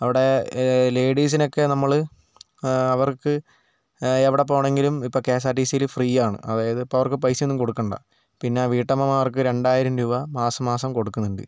അവിടെ ലേഡീസിനൊക്കെ നമ്മൾ അവർക്ക് എവിടെ പോകണമെങ്കിലും ഇപ്പോൾ കെ എസ് ആർ ടി സിയിൽ ഫ്രീയാണ് അതായത് ഇപ്പോൾ അവർക്ക് പൈസ ഒന്നും കൊടുക്കേണ്ട പിന്നെ വീട്ടമ്മമാർക്ക് രണ്ടായിരം രൂപ മാസം മാസം കൊടുക്കുന്നുണ്ട്